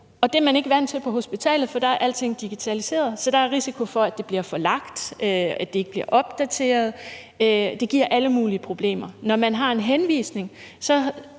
og det er man ikke vant til på hospitalet, fordi alting er digitaliseret. Så der er risiko for, at det bliver forlagt, og at det ikke bliver opdateret, og det giver alle mulige problemer. I forhold til henvisninger